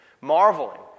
marveling